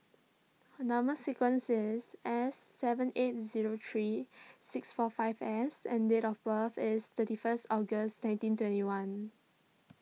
Number Sequence is S seven eight zero three six four five S and date of birth is thirty first August nineteen twenty one